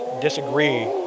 disagree